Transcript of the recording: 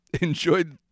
enjoyed